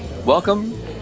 Welcome